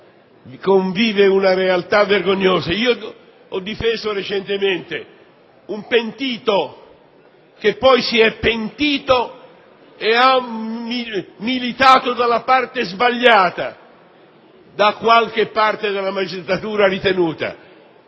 convive una realtà vergognosa. Ho difeso recentemente un pentito che poi si è pentito e ha militato dalla parte ritenuta sbagliata da qualche parte della magistratura.